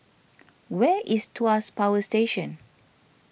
where is Tuas Power Station